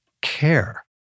care